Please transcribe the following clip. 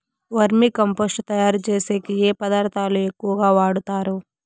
వర్మి compost తయారుచేసేకి ఏ పదార్థాలు ఎక్కువగా వాడుతారు